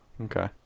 Okay